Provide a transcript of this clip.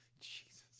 Jesus